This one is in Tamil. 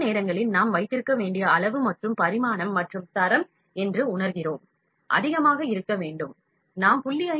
சில நேரங்களில் நாம் வைத்திருக்க வேண்டிய அளவு மற்றும் பரிமாணம் மற்றும் தரம் என்று உணர்கிறோம் அதிகமாக இருக்க வேண்டும் நாம் 0